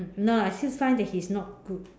no I still find that this he's not good